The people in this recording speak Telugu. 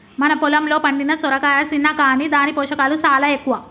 మన పొలంలో పండిన సొరకాయ సిన్న కాని దాని పోషకాలు సాలా ఎక్కువ